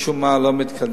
ומשום מה לא מתקדם,